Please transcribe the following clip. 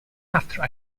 after